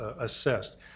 assessed